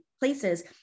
places